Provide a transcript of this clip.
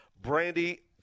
Brandy